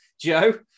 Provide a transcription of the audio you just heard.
Joe